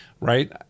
Right